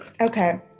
okay